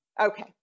Okay